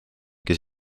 kes